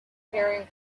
caring